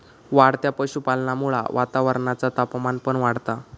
वाढत्या पशुपालनामुळा वातावरणाचा तापमान पण वाढता